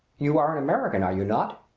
you are an american, are you not?